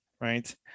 Right